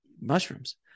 mushrooms